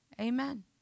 Amen